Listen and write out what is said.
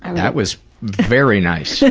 and that was very nice.